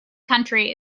country